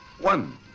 One